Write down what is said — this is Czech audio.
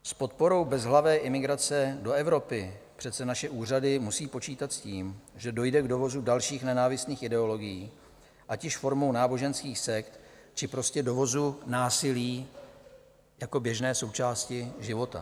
S podporou bezhlavé imigrace do Evropy přece naše úřady musí počítat s tím, že dojde k dovozu dalších nenávistných ideologií, ať již formou náboženských sekt, či prostě dovozu násilí jako běžné součásti života.